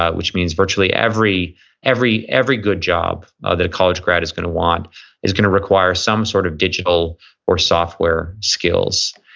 ah which means virtually every every good job that a college grad is going to want is going to require some sort of digital or software skills.